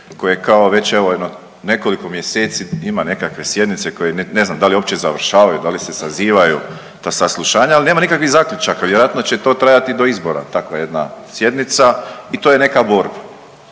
jedno nekoliko mjeseci ima nekakve sjednice koje ne znam da li se uopće završavaju, da li se sazivaju ta saslušanja, ali nema nikakvih zaključaka, vjerojatno će to trajati do izbora tako jedna sjednica i to je neka borba.